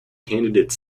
candidate